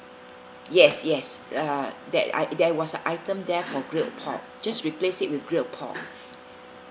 yes yes uh there I there was a item there for grilled pork just replace it with grilled pork